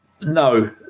no